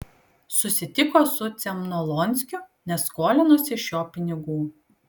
susitiko su cemnolonskiu nes skolinosi iš jo pinigų